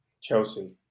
chelsea